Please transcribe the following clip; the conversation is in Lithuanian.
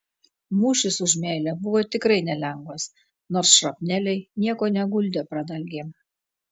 mūšis už meilę buvo tikrai nelengvas nors šrapneliai nieko neguldė pradalgėm